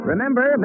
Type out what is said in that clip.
Remember